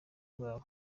rwawe